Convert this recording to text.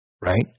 right